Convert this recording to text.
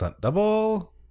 Double